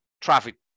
traffic